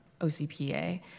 OCPA